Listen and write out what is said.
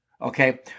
okay